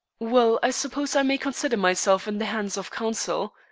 well, i suppose i may consider myself in the hands of counsel.